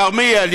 כרמיאל,